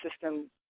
system